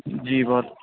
جی بہت